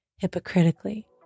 hypocritically